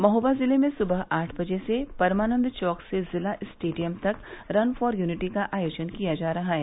महोबा जिले में सुबह आठ बजे से परमानंद चौक से जिला स्टेडियम तक रन फॉर यूनिटी का आयोजन किया जा रहा है